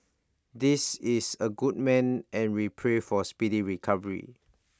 this is A good man and we pray for speedy recovery